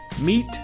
Meet